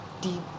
deep